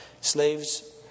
Slaves